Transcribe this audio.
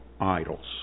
idols